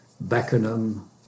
Beckenham